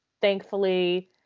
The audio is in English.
thankfully